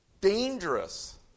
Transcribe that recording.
Dangerous